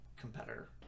competitor